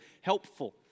helpful